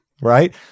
right